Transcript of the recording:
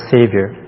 Savior